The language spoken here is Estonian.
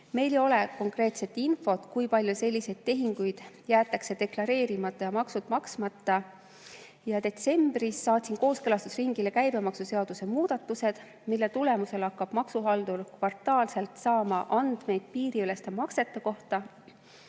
Meil ei ole konkreetset infot, kui palju selliseid tehinguid jäetakse deklareerimata ja makse maksmata. Detsembris saatsin kooskõlastusringile käibemaksuseaduse muudatused, mille tulemusel hakkab maksuhaldur kvartaalselt saama andmeid piiriüleste maksete kohta.